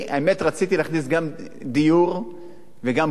רציתי להכניס גם דיור וגם בריאות,